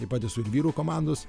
taip pat esu ir vyrų komandos